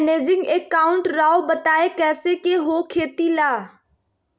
Managing account Rao बताएं कैसे के हो खेती ला?